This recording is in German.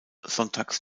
sonntags